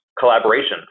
collaboration